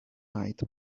night